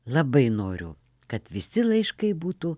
labai noriu kad visi laiškai būtų